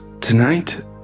Tonight